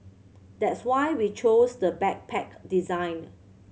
that's why we chose the backpack designed